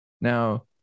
Now